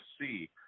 see